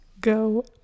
Go